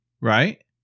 right